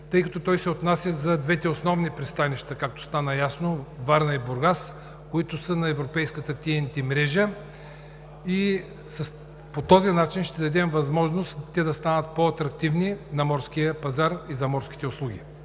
тъй като той се отнася за двете основни пристанища, както стана ясно – Варна и Бургас, които са на европейската TNT мрежа, и по този начин ще дадем възможност те да станат по-атрактивни на морския пазар и за морските услуги.